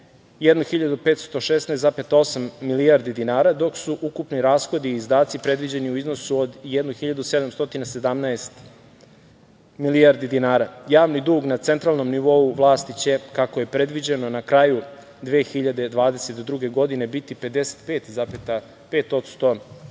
1.516,8 milijardi dinara, dok su ukupni rashodi i izdaci predviđeni u iznosu od 1.717 milijardi dinara. Javni dug na centralnom nivou vlasti će, kako je predviđeno, na kraju 2022. godine biti 55,5% BDP, što